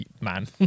man